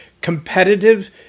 competitive